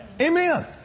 Amen